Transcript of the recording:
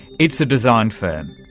it's a design firm,